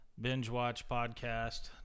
BingeWatchPodcast